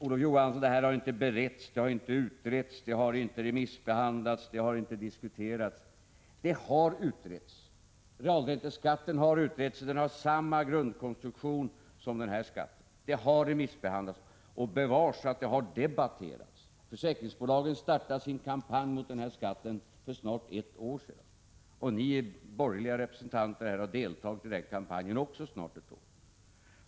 Olof Johansson säger att frågan inte har beretts, utretts, remissbehandlats eller diskuterats. Den har utretts. Realränteskatten, som ju har samma grundkonstruktion som den här skatten, har remissbehandlats. Och den har, bevars, debatterats. Försäkringsbolagen startade sin kampanj mot denna skatt för snart ett år sedan. Ni borgerliga representanter har också deltagit i den kampanjen i snart ett år.